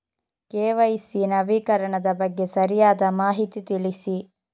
KYC ನವೀಕರಣದ ಬಗ್ಗೆ ಸರಿಯಾದ ಮಾಹಿತಿ ತಿಳಿಸಿ?